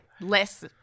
less